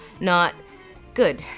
not good.